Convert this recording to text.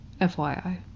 FYI